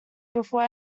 before